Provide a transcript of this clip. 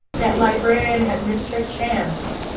that librarian had missed her chance.